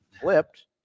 flipped